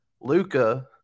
Luca